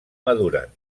maduren